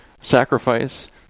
sacrifice